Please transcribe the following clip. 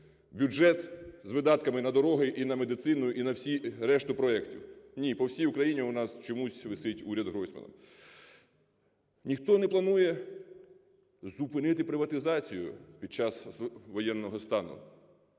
бюджет з видатками на дороги і на медицину, і на всі решту проектів. Ні, по всій Україні у нас чомусь висить "Уряд Гройсмана". Ніхто не планує зупинити приватизацію під час воєнного стану.